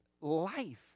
life